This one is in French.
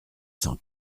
cent